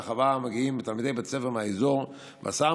אל החווה מגיעים תלמידי בתי ספר מהאזור בהסעה